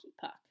puck